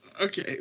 Okay